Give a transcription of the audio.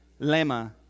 Lema